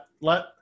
let